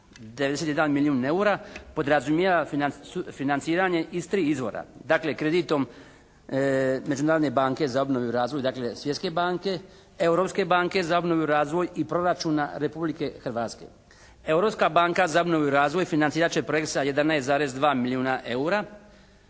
91 milijun eura podrazumijeva financiranje iz tih izvora. Dakle kreditom Međunarodne banke za obnovu i razvoj, dakle Svjetske banke, Europske banke za obnovu i razvoj i proračuna Republike Hrvatske. Europska banka za obnovu i razvoj financirat će projekt sa 11,2 milijuna eura